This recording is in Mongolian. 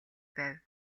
байв